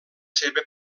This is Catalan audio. seva